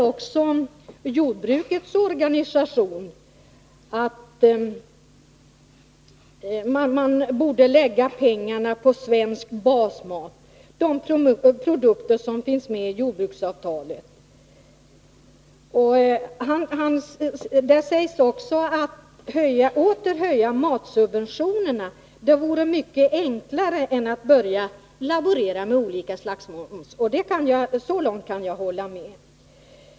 Också jordbrukets organisation anser att man borde lägga pengarna på svensk basmat, de produkter som finns med i jordbruksavtalet. LRF säger också att det vore mycket enklare att åter höja matsubventionerna än att börja laborera med olika slags moms. Så långt kan jag hålla med.